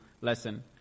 lesson